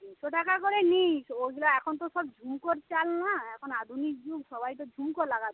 তিনশো টাকা করে নিই ওইগুলো এখন তো সব ঝুমকোর চাল না এখন আধুনিক যুগ সবাই তো ঝুমকো লাগাচ্ছে